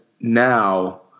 now